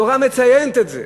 התורה מציינת את זה.